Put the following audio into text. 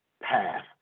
path